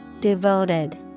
Devoted